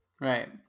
Right